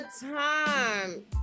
time